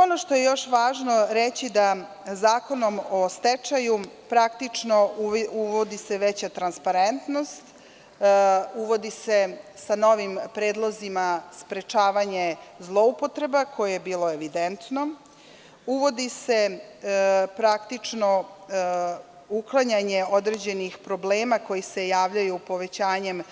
Ono što je još važno reći da Zakonom o stečaju praktično uvodi se veća transparentnost, uvodi se sa novim predlozima sprečavanje zloupotreba koje je bilo evidentno, uvodi se praktično uklanjanje određenih problema koji se javljaju povećanjem